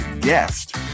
guest